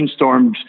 brainstormed